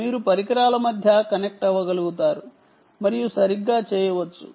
మీరు పరికరాల మధ్య కనెక్ట్ అవ్వగలుగుతారు మరియు సరిగ్గా చేయవచ్చు